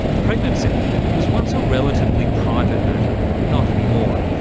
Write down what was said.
pregnancy was once a relatively private matter, but not anymore.